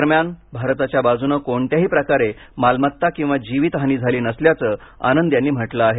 दरम्यान भारताच्या बाजूने कोणत्याही प्रकारे मालमत्ता किंवा जीवितहानी झाली नसल्याचं आनंद यांनी म्हटलं आहे